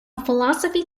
philosophy